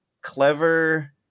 clever